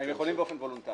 הם יכולים באופן וולונטרי.